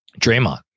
Draymond